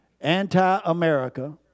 anti-America